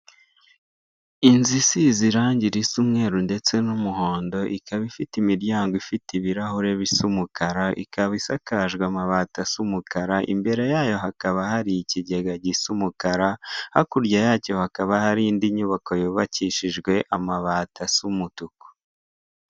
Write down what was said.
Inzu isize irange risa umweru ndetse n'umuhondo ikaba ifite imiryango ifite ibirahure bisa umukara, ikaba isakajwe amabati asa umukara. Imbere yayo hakaba hari ikigega gisa umukara hakurya yacyo hakaba hari indi nyubako yubakishijwe amabati asa umutuku.